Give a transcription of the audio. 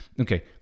Okay